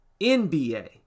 NBA